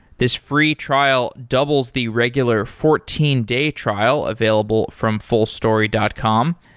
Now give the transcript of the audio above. this free trial doubles the regular fourteen day trial available from fullstory dot com.